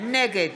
נגד